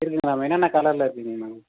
இருக்குதுங்களா என்னென்ன கலரில் இருக்குதுங்க மேம்